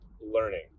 learning